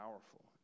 powerful